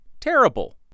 Terrible